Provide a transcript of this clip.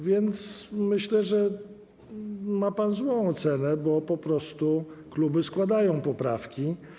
Więc myślę, że ma pan złą ocenę, bo po prostu kluby składają poprawki.